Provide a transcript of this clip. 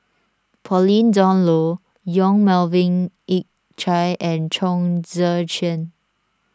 Pauline Dawn Loh Yong Melvin Yik Chye and Chong Tze Chien